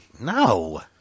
No